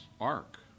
ark